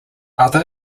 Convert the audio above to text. other